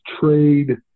trade